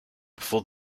before